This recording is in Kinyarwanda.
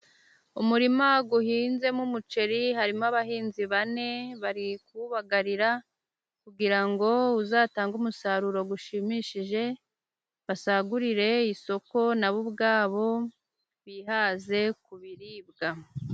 Umurima uhinzemo umuceri, harimo abahinzi bane bari kuwubagarira, kugira ngo uzatange umusaruro ushimishije , basagurire isoko nabo ubwabo bihaze ku biribwa.